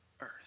earth